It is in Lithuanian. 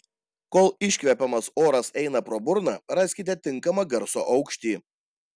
kol iškvepiamas oras eina pro burną raskite tinkamą garso aukštį